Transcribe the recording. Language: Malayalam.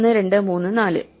1 2 3 4